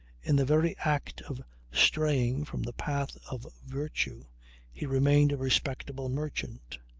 in the very act of straying from the path of virtue he remained a respectable merchant.